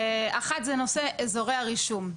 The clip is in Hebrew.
אחת זה נושא אזורי הרישום,